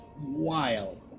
wild